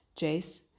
jace